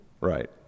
Right